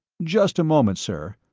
just a moment, sir.